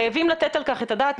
חייבים לתת על כך את הדעת.